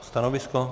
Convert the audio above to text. Stanovisko?